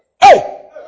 Hey